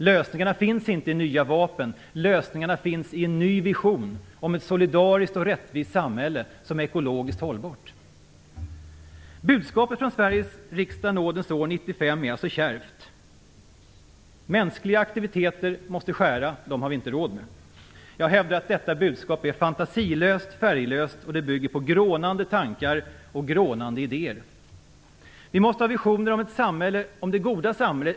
Lösningarna finns inte i nya vapen; lösningarna finns i en ny vision om ett solidariskt och rättvist samhälle som är ekologiskt hållbart. Budskapet från Sveriges riksdag nådens år 1995 är kärvt: Mänskliga aktiviteter måste skäras ned. Vi har inte råd med dem. Jag hävdar att detta budskap är fantasilöst, färglöst och bygger på grånande tankar och idéer. Vi måste ha visioner om det goda samhället!